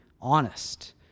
honest